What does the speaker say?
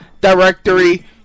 directory